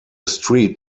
street